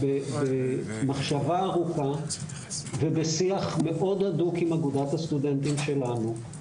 במחשבה ארוכה ובשיח מאוד הדוק עם אגודת הסטודנטים שלנו,